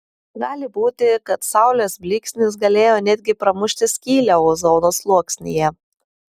gali būti kad saulės blyksnis galėjo net gi pramušti skylę ozono sluoksnyje